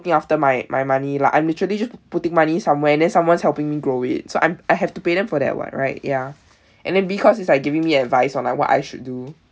looking after my my money lah I'm literally just putting money somewhere and then someone's helping me grow it so I'm I have to pay them for that [what] right ya and then because it's like giving me advice on like what I should do